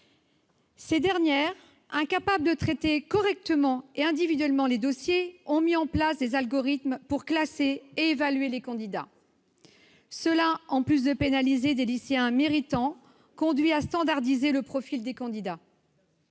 Ces dernières, incapables de traiter correctement et individuellement les dossiers, ont mis en place des algorithmes pour classer et évaluer les candidats. En plus de pénaliser des lycéens méritants, cela conduit à standardiser le profil des candidats.